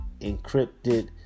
encrypted